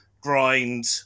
grind